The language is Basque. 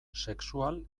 sexual